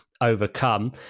overcome